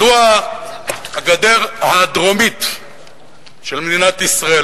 מדוע הגדר הדרומית של מדינת ישראל,